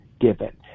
given